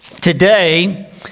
Today